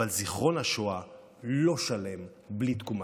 אבל זיכרון השואה לא שלם בלי תקומתה.